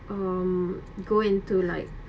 um go into like